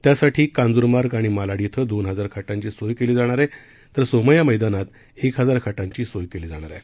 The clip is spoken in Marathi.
त्यासाठी कांजुरमार्ग आणि मालाड िक दोन हजार खाटांची सोय केली जाणार आहे तर सौमध्या मद्यानात एक हजार खाटांची सोय केली जाणार आहे